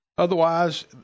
Otherwise